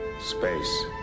space